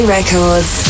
Records